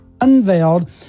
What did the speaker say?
unveiled